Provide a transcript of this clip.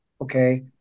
okay